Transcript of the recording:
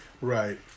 Right